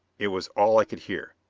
it was all i could hear,